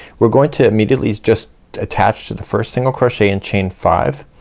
we're going to immediately just attach to the first single crochet and chain five.